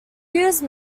used